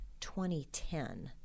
2010